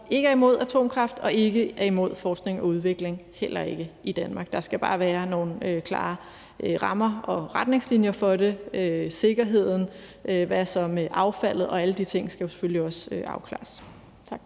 ikke er imod atomkraft og ikke er imod forskning og udvikling, heller ikke i Danmark, men der skal bare været nogle klare rammer og retningslinjer for det. Hvad med sikkerheden og affaldet? Alle de ting skal selvfølgelig også afklares. Tak.